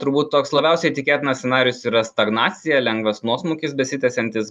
turbūt toks labiausiai tikėtinas scenarijus yra stagnacija lengvas nuosmukis besitęsiantis